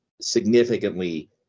significantly